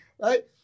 right